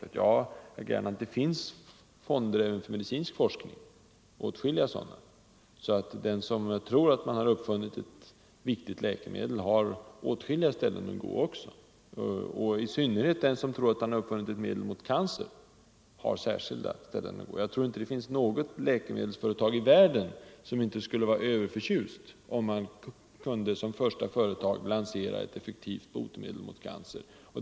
Ja, herr Gernandt, det finns många fonder även för medicinsk forskning. Den som tror sig ha uppfunnit ett viktigt läkemedel har åtskilliga ställen att gå till — i synnerhet den som tror att han upptäckt ett medel mot cancer. Jag tror inte att det finns något läkemedelsföretag i världen som inte skulle vara överförtjust över att kunna som första företag lansera ett effektivt botemedel mot cancer.